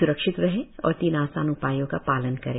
स्रक्षित रहें और तीन आसान उपायों का पालन करें